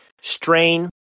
strain